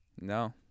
No